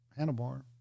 handlebar